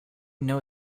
know